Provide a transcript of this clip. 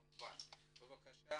כבוד המנכ"ל בבקשה.